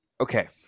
Okay